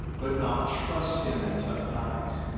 but not trust him in tough times.